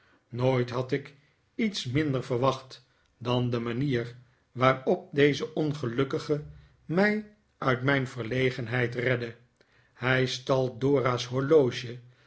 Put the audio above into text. nooit had ik iets minder verwacht dan de manier waarop deze ongelukkige mij uit mijn verlegenheid redde hij stal dora's horloge